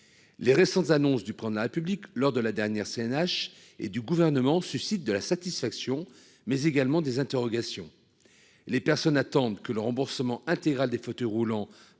Les récentes annonces du plan de la République lors de la dernière CNH et du gouvernement suscite de la satisfaction mais également des interrogations. Les personnes attendent que le remboursement intégral des fauteuils roulants